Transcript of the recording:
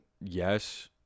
yes